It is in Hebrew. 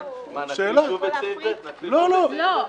11:01) מלגזה היא מכונה ניידת לכן